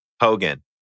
Hogan